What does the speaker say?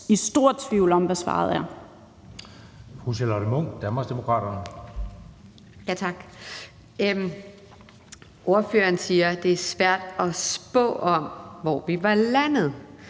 i stor tvivl om, hvad svaret er.